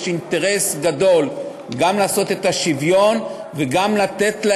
יש אינטרס גדול גם לעשות את השוויון וגם לתת,